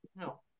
no